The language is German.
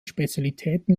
spezialitäten